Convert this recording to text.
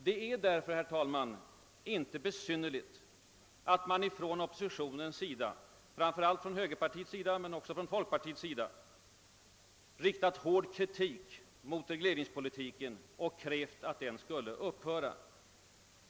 Det är därför, herr talman, inte besynnerligt att man från oppositionens sida, framför allt från högerpartiets men också från folkpartiets, riktat skarp kritik mot regleringspolitiken och krävt att den skulle upphöra.